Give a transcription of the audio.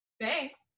thanks